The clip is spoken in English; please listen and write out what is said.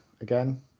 again